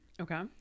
Okay